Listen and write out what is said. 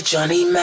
Johnny